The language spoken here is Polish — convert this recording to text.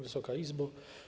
Wysoka Izbo!